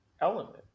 element